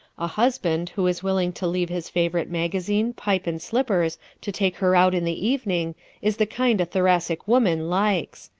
a husband who is willing to leave his favorite magazine, pipe, and slippers to take her out in the evening is the kind a thoracic woman likes.